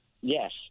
Yes